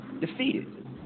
defeated